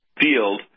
field